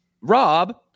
Rob